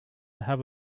have